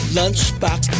lunchbox